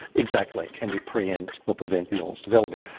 exactly, can you pre-empt or prevent the illness developing?